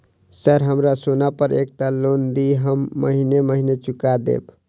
Sir हमरा सोना पर एकटा लोन दिऽ हम महीने महीने चुका देब?